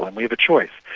well, we have a choice.